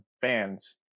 fans